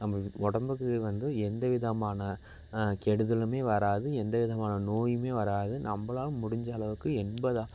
நம்ப உடம்புக்கு வந்து எந்த விதமான கெடுதலுமே வராது எந்த விதமான நோயுமே வராது நம்பளால் முடிஞ்ச அளவுக்கு எண்பதா